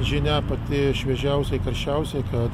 žinia pati šviežiausia karščiausia kad